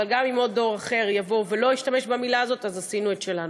אבל גם אם דור אחר יבוא ולא ישתמש במילה הזאת אז עשינו את שלנו.